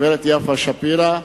הגברת יפה שפירא,